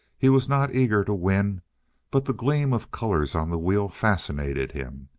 he was not eager to win but the gleam of colors on the wheel fascinated him.